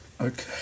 Okay